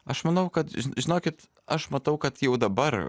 aš manau kad žinokit aš matau kad jau dabar